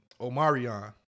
Omarion